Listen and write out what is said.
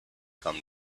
come